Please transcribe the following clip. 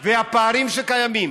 והפערים שקיימים